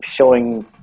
showing